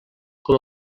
com